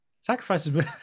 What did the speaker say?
sacrifices